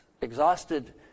exhausted